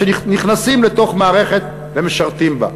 שנכנסים לתוך מערכת ומשרתים בה.